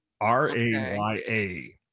R-A-Y-A